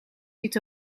ziet